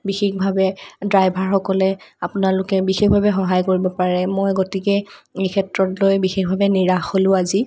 বিশেষভাৱে ড্ৰাইভাৰসকলে আপোনালোকে বিশেষভাৱে সহায় কৰিব পাৰে মই গতিকে এই ক্ষেত্ৰতলৈ বিশেষ ভাৱে নিৰাশ হলোঁ আজি